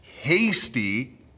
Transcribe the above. hasty